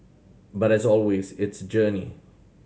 but as always it's journey